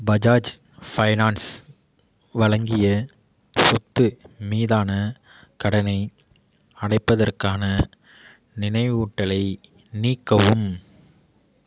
Bajaj finance வழங்கிய சொத்து மீதான கடனை அடைப்பதற்கான நினைவூட்டலை நீக்கவும்